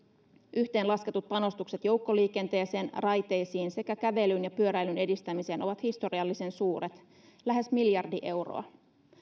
yhteenlasketut panostukset joukkoliikenteeseen raiteisiin sekä kävelyn ja pyöräilyn edistämiseen ovat historiallisen suuret lähes miljardi euroa